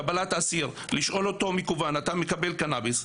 קבלת אסיר, לשאול אותו מקוון, אתה מקבל קנביס,